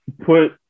put